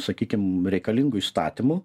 sakykim reikalingų įstatymų